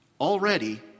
already